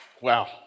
Wow